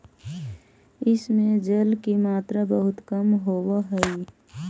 इस में जल की मात्रा बहुत कम होवअ हई